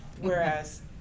Whereas